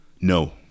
no